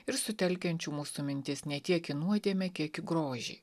ir sutelkiančių mūsų mintis ne tiek į nuodėmę kiek į grožį